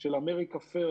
של America First,